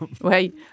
Wait